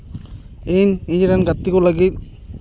ᱤᱧ ᱤᱧ ᱨᱮᱱ ᱜᱟᱛᱮ ᱠᱚ ᱞᱟᱹᱜᱤᱫ